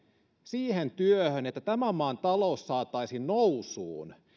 siihen työhön että tämän maan talous saataisiin nousuun